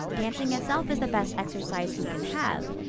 dancing itself is the best exercise you can have,